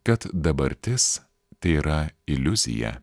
kad dabartis tėra iliuzija